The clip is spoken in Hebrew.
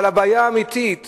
אבל הבעיה האמיתית היא,